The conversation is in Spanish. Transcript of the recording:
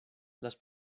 las